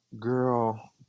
Girl